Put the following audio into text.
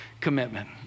commitment